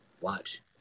watch